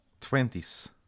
Twenties